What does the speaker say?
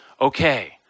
okay